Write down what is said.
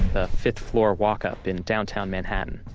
a fifth floor walk-up in downtown manhattan.